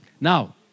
Now